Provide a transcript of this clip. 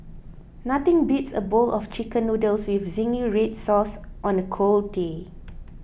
nothing beats a bowl of Chicken Noodles with Zingy Red Sauce on a cold day